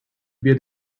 build